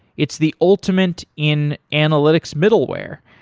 it's the ultimate in analytics middleware.